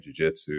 jujitsu